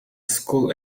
school